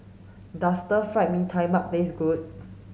does stir fried mee tai mak taste good